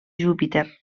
júpiter